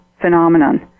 phenomenon